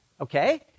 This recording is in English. Okay